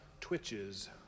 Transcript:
twitches